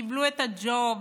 קיבלו את הג'וב.